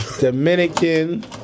Dominican